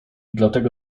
dlatego